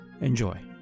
Enjoy